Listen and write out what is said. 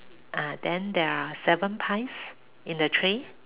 (uh huh) then there are seven pies in the tray